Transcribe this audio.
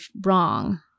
wrong